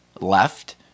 left